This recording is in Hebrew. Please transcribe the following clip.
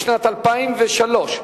בשנת 2003,